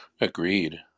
Agreed